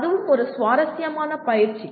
அதுவும் ஒரு சுவாரஸ்யமான பயிற்சி